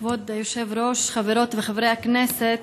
כבוד היושב-ראש, חברות וחברי כנסת,